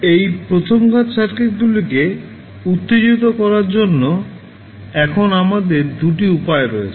এই প্রথম ঘাত সার্কিটগুলিকে উত্তেজিত করার জন্য এখন আমাদের দুটি উপায় রয়েছে